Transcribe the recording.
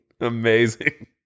Amazing